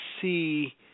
see